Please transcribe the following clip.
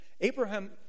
Abraham